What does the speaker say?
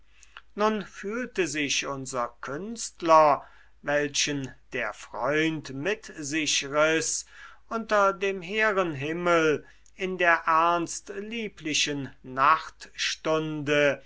nun fühlte sich unser künstler welchen der freund mit sich riß unter dem hehren himmel in der ernst lieblichen